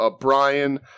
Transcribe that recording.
Brian